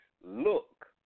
look